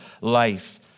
life